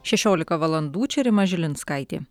šešiolika valandų čia rima žilinskaitė